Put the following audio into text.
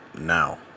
now